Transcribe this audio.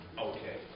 Okay